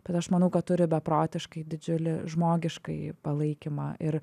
bet aš manau kad turi beprotiškai didžiulį žmogiškąjį palaikymą ir